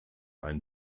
ein